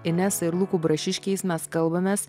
inesa ir luku brašiškiais mes kalbamės